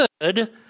good